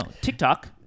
TikTok